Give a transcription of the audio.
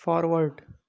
forward